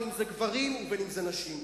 אם גברים ואם נשים.